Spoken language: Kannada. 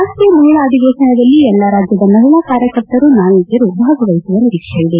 ರಾಷ್ಷೀಯ ಮಹಿಳಾ ಅಧಿವೇಶನದಲ್ಲಿ ಎಲ್ಲ ರಾಜ್ಯದ ಮಹಿಳಾ ಕಾರ್ಯಕರ್ತರು ನಾಯಕಿಯರು ಭಾಗವಹಿಸುವ ನಿರೀಕ್ಷೆ ಇದೆ